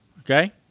okay